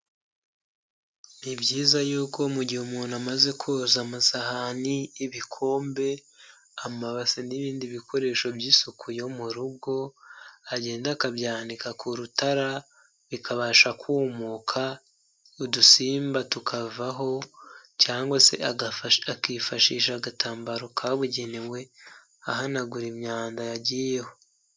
Ni byiza y'uko mu gihe umuntu amaze koza amasahani, ibikombe, amabase, n'ibindi bikoresho by'isuku yo mu rugo agenda akabyanika ku rutara bikabasha kumuka udusimba tukavaho cyangwa se akifashisha agatambaro kabugenewe ahanagura imyanda yagiyeho.